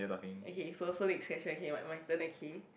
okay so so next question okay my my turn okay